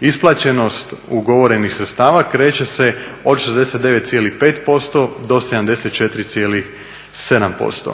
Isplaćenost ugovorenih sredstava kreće se od 69,5% do 74,7%.